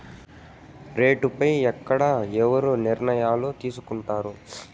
రేట్లు పై ఎక్కడ ఎవరు నిర్ణయాలు తీసుకొంటారు?